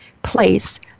Place